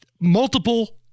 multiple